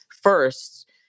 first